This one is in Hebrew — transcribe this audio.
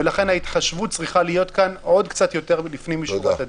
ולכן ההתחשבות צריכה להיות עוד יותר מלפנים משורת הדין.